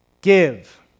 Give